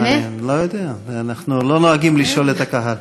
לא יודע, אנחנו לא נוהגים לשאול את הקהל.